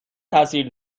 تاثیر